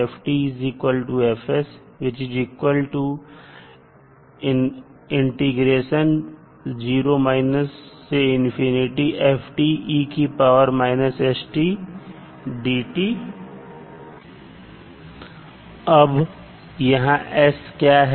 अब यहां s क्या है